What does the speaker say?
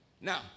Now